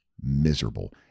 miserable